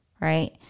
Right